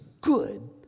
good